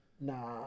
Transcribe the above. Nah